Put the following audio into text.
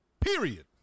Period